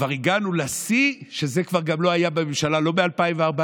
הגענו לשיא שכבר לא היה בממשלה, לא ב-2014,